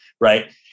right